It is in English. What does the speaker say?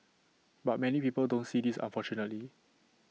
but many people don't see this unfortunately